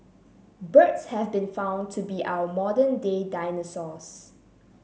birds have been found to be our modern day dinosaurs